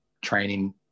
training